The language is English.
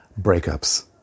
breakups